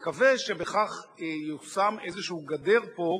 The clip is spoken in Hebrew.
ולכן אנחנו מתחבטים איך להגדיר אותו,